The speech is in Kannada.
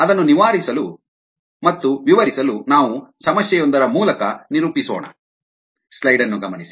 ಅದನ್ನು ವಿವರಿಸಲು ನಾವು ಸಮಸ್ಯೆಯೊಂದರ ಮೂಲಕ ನಿರೂಪಿಸೋಣ